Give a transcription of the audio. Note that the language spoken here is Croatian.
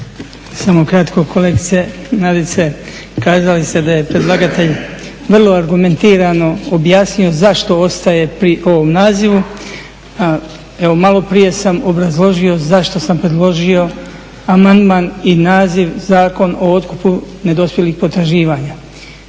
Samo kratko. Kolegice Nadice, kazali ste da je predlagatelj vrlo argumentirano objasnio zašto ostaje pri ovom nazivu. Evo maloprije sam obrazložio zašto sam predložio amandman i naziv Zakon o otkupu nedospjelih potraživanja.